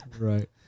Right